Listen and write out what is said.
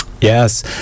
yes